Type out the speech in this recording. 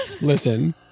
Listen